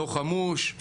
לא חמוש,